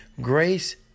grace